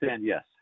yes